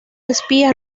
espía